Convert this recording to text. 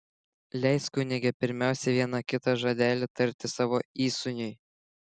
leisk kunige pirmiausia vieną kitą žodelį tarti savo įsūniui